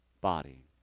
body